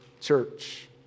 Church